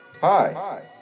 Hi